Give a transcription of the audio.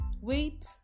wait